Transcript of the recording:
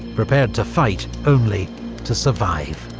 prepared to fight only to survive.